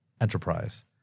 enterprise